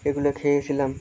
এগুলো খেয়েছিলাম